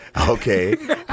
okay